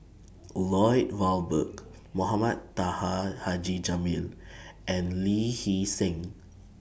Lloyd Valberg Mohamed Taha Haji Jamil and Lee Hee Seng